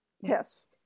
Yes